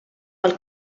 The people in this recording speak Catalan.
pel